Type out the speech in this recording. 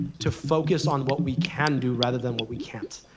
to focus on what we can do rather than what we can't.